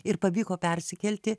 ir pavyko persikelti